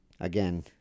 again